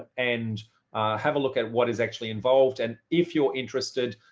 and have a look at what is actually involved. and if you're interested,